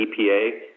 epa